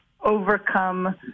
overcome